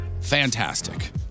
fantastic